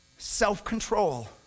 Self-control